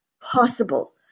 possible